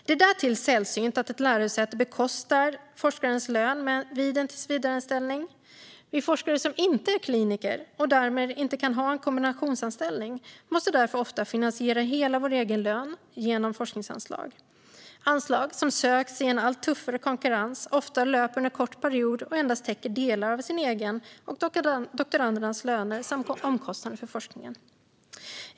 Det är därtill sällsynt att ett lärosäte bekostar forskarens lön vid en tillsvidareanställning. Vi forskare som inte är kliniker och därmed inte kan ha en kombinationsanställning måste därför ofta finansiera hela vår egen lön genom forskningsanslag. Anslag söks i allt tuffare konkurrens, löper ofta under en kort period och täcker endast delar av den egna och doktorandernas löner samt omkostnader för forskningen.